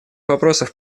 вопросов